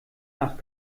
nach